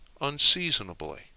unseasonably